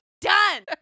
done